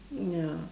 ya